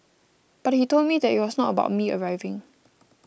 but he told me that it was not about me arriving